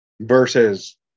Versus